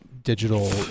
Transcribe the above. digital